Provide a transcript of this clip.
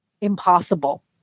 impossible